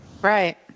Right